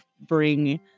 bring